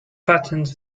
fattens